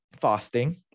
fasting